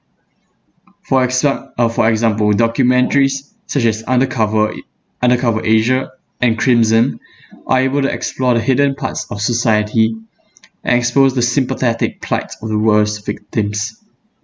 for exa~ uh for example documentaries such as undercover a~ undercover asia and crimson are able to explore the hidden parts of society and expose the sympathetic plights of the worst victims